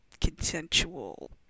consensual